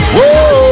Whoa